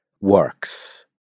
works